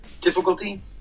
difficulty